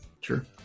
sure